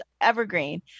evergreen